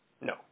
No